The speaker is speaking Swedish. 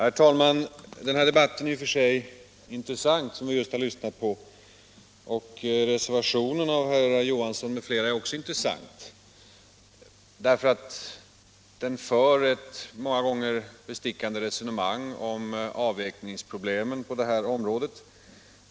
Herr talman! Den här debatten som vi just har lyssnat på är i och för sig intressant, och reservationen av herr Johansson i Trollhättan m.fl. är också intressant därför att den för ett många gånger bestickande resonemang om utvecklingsproblemen på det här området.